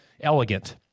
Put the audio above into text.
elegant